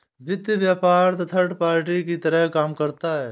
वित्त व्यापार third party की तरह काम करता है